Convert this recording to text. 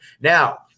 Now